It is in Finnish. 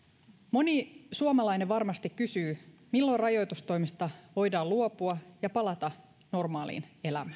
moni suomalainen varmasti kysyy milloin rajoitustoimista voidaan luopua ja palata normaaliin